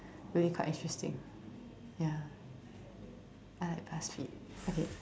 really quite interesting ya I like Buzzfeed okay